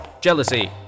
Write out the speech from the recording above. jealousy